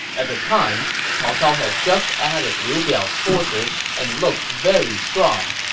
at the time, cao cao had just added liu biao's forces and looked very strong.